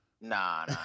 Nah